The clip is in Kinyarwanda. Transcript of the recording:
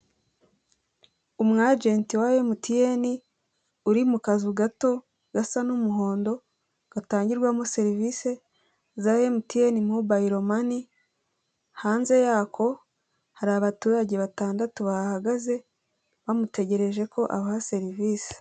Umu ajenti wa MTN uri mu kazu gato, gasa n'umuhondo, gatangirwamo serivise za MTN mobayiro mani, hanze yako hari abaturage batandatu bahahagaze, bamutegereje ko abaha serivise.